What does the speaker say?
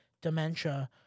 dementia